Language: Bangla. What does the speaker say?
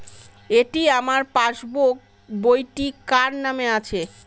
এটি আমার পাসবুক বইটি কার নামে আছে?